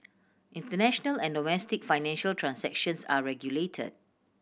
international and domestic financial transactions are regulated